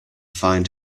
find